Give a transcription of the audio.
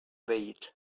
wait